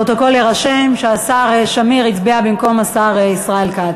בפרוטוקול יירשם שהשר שמיר הצביע במקום השר ישראל כץ.